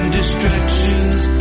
distractions